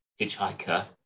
Hitchhiker